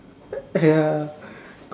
a